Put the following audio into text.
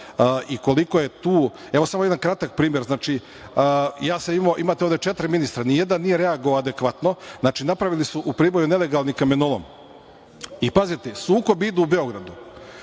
i koliko je tu…Evo, samo jedan kratak primer. Imate ovde četiri ministara, nijedan nije reagovao adekvatno. Znači, napravili su u Priboju nelegalni kamenolom i, pazite, sukob ide u Beogradu,